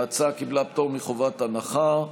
ההצעה קיבלה פטור מחובת הנחה.